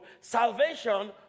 salvation